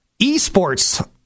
Esports